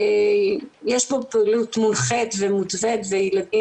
יש פה פעילות מונחית ומותווית וילדים